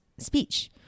speech